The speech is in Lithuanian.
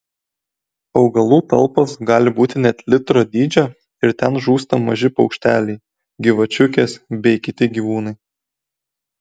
augalų talpos gali būti net litro dydžio ir ten žūsta maži paukšteliai gyvačiukės bei kiti gyvūnai